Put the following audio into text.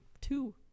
Two